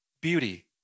beauty